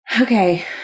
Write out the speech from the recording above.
Okay